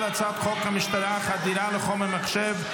אנחנו עוברים להצבעה על הצעת חוק המשטרה (חדירה לחומר מחשב),